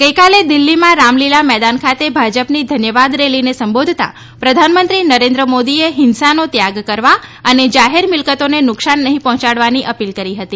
ગઈકાલે દિલ્ફીમાં રામલીલા મેદાન ખાતે ભાજપની ધન્યવાદ રેલીને સંબોધતા પ્રધાનમંત્રી નરેન્દ્ર મોદીએ હિંસાનો ત્યાગ કરવા અને જાહેર મિલકતોને નુકસાન નહીં પર્હોંચાડવાની અપીલ કરી હતી